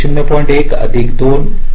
1 अधिक 2 2